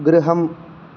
गृहम्